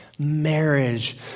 Marriage